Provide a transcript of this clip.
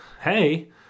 hey